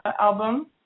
album